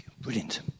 Brilliant